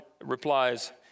replies